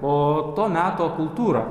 o to meto kultūrą